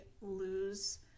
lose